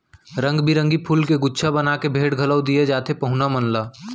रंग बिरंगी फूल के गुच्छा बना के भेंट घलौ दिये जाथे पहुना मन ला